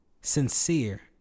sincere